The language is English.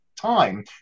time